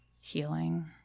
healing